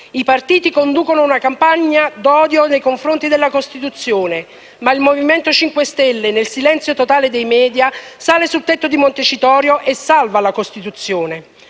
I partiti conducono una campagna d'odio nei confronti della Costituzione. Ma il Movimento 5 Stelle, nel silenzio totale dei *media*, sale sul tetto di Montecitorio e salva la Costituzione.